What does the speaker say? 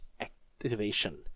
activation